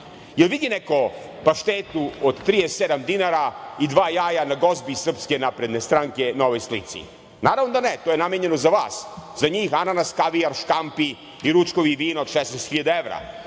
Jel vidi neko paštetu od 37 dinara i dva jaja na gozbi SNS na ovoj slici? Naravno da ne. To je namenjeno za vas. Za njih je ananas, kavijar, škampi i ručkovi i vino od 16.000 evra.